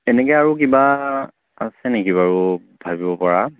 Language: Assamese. এনেকৈ আৰু কিবা আছে নেকি বাৰু ভাবিব পৰা